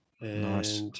Nice